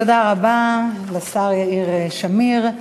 תודה רבה לשר יאיר שמיר.